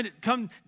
come